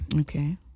okay